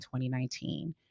2019